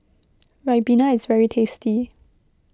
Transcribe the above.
Ribena is very tasty